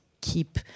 keep